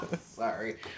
sorry